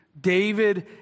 David